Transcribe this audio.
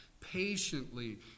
patiently